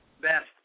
best